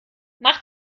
mach